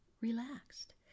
relaxed